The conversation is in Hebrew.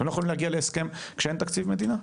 אתם לא יכולים להגיע להסכם כשאין תקציב מדינה?